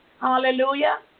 Hallelujah